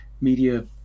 media